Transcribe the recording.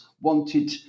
wanted